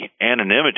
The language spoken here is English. anonymity